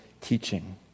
teaching